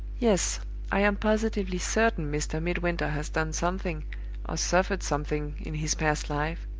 yes i am positively certain mr. midwinter has done something or suffered something in his past life,